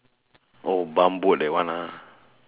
oh bump boat that one ah